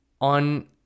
on